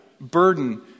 burden